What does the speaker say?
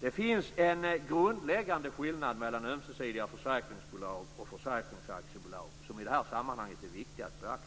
Det finns en grundläggande skillnad mellan ömsesidiga försäkringsbolag och försäkringsaktiebolag som är viktig att beakta i det här sammanhanget.